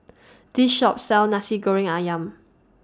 This Shop sells Nasi Goreng Ayam